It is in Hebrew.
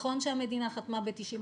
נכון שהמדינה חתמה ב-95',